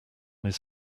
his